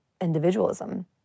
individualism